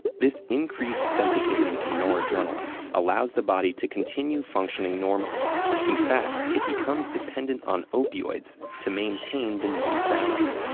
this increased sensitivity to noradrenaline allows the body to continue functioning normally in fact, it becomes dependent on opioids to maintain the new balance.